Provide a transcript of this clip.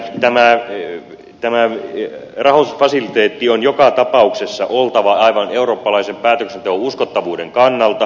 eli tämä rahoitusfasiliteetti on joka tapauksessa oltava aivan eurooppalaisen päätöksenteon uskottavuuden kannalta